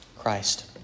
Christ